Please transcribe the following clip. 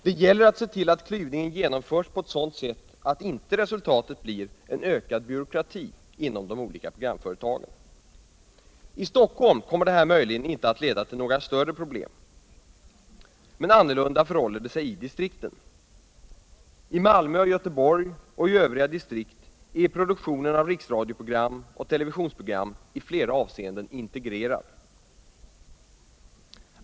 Det gäller att se ull av klyvningen genomförs på ett sådant sätt att inte resultatet blir en ökad byråkrati inom de olika programföretagen. I Stockholm kommer det här möjligen inte att leda till nägra större problem. Annorlunda förhåller det sig i distrikten. I Malmö. Göteborg och i övriga distrikt är produktionen av riksradioprogram och televisionsprogram i flera avseenden integrerad.